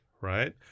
right